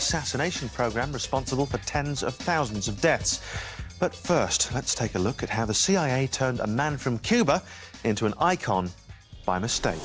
assassination program responsible for tens of thousands of deaths but first let's take a look at how the cia turned a man from cuba into an icon by mistake